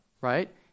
right